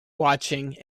watching